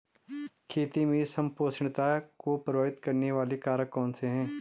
खेती में संपोषणीयता को प्रभावित करने वाले कारक कौन से हैं?